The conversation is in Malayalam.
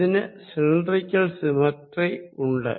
ഇതിന് സിലിണ്ടറിക്കൽ സിമ്മെട്രി ഉണ്ട്